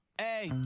Hey